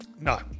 no